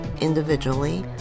individually